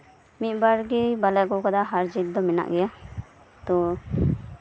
ᱢᱤᱫ ᱵᱟᱨ ᱫᱷᱟᱣ ᱫᱚ ᱵᱟᱞᱮ ᱟᱹᱜᱩ ᱠᱟᱫᱟ ᱦᱟᱨ ᱡᱤᱛ ᱫᱚ ᱢᱮᱱᱟᱜ ᱜᱮᱭᱟ ᱛᱳ